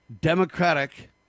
Democratic